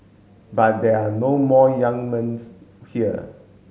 but there are no more young men's here